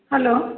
hello